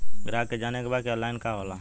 ग्राहक के जाने के बा की ऑनलाइन का होला?